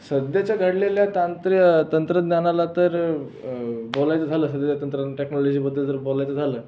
सध्याच्या घडलेल्या तांत्र्य तंत्रज्ञानाला तर बोलायचं झालं सगळं तंत्रज्ञान टेक्नाॅलॉजीबद्दल जर बोलायचं झालं